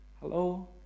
hello